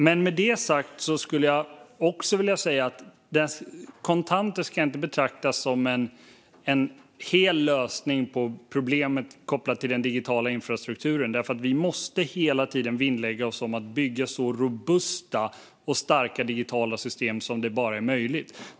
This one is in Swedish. Men med detta sagt skulle jag också vilja säga att kontanter inte ska betraktas som en hel lösning på problemet kopplat till den digitala infrastrukturen, därför att vi måste hela tiden vinnlägga oss om att bygga så robusta och starka digitala system som bara är möjligt.